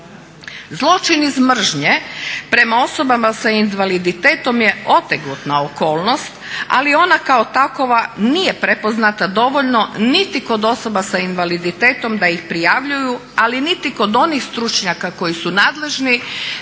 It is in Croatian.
Zločin iz mržnje prema osobama sa invaliditetom je otegotna okolnost, ali ona kao takva nije prepoznata dovoljno niti kod osoba s invaliditetom da ih prijavljuju, ali niti kod onih stručnjaka koji su nadležni